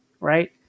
right